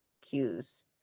cues